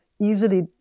easily